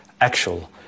actual